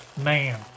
Man